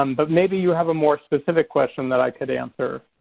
um but maybe you have a more specific question that i could answer.